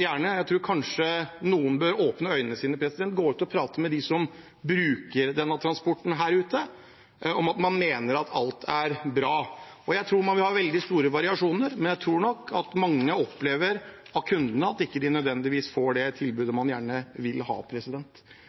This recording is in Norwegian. Jeg tror kanskje noen bør åpne øynene sine og gå ut og prate med dem der ute som bruker denne transporten, om man mener at alt er bra. Jeg tror man vil se veldig store variasjoner, men jeg tror nok mange av kundene opplever at de ikke nødvendigvis får det tilbudet de gjerne vil ha.